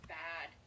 bad